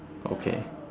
okay